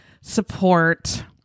support